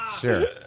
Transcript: Sure